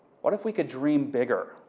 what if we could dream bigger?